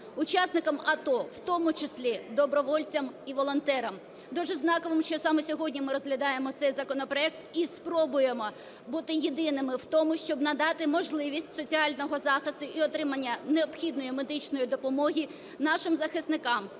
учасникам АТО, в тому числі добровольцям і волонтерам. Дуже знаково, що саме сьогодні ми розглядаємо цей законопроект і спробуємо бути єдиними в тому, щоб надати можливість соціального захисту і отримання необхідної медичної допомоги нашим захисникам,